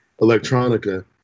electronica